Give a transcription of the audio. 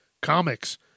comics